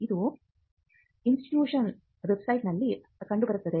ಇದು ಇನ್ಸ್ಟಿಟ್ಯೂಟ್ ವೆಬ್ಸೈಟ್ನಲ್ಲಿ ಕಂಡುಬರುತ್ತದೆ